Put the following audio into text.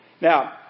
Now